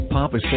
Papa